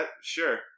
sure